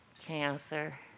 Cancer